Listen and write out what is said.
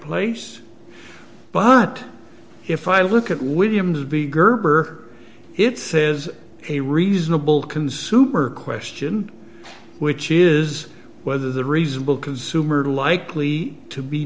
place but if i look at williams b gerber it says a reasonable consumer question which is whether the reasonable consumer likely to be